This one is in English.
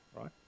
right